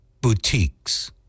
boutiques